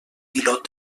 pilot